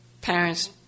Parents